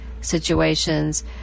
situations